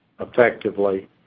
effectively